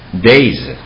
days